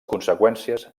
conseqüències